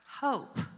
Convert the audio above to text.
hope